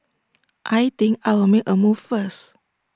I think I'll make A move first